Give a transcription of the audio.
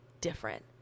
different